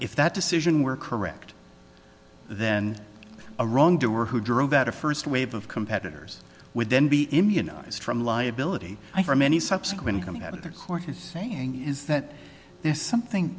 if that decision were correct then a wrongdoer who drove at a first wave of competitors would then be immunized from liability for many subsequent coming out of the court is saying is that there's something